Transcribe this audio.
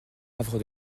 havre